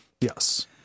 Yes